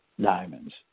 diamonds